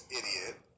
idiot